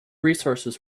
resources